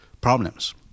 problems